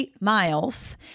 miles